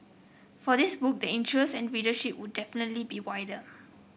for this book the interest and readership would definitely be wider